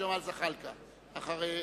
אחרי קדימה,